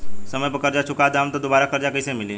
समय पर कर्जा चुका दहम त दुबाराकर्जा कइसे मिली?